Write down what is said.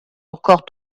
encore